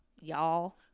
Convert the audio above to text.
y'all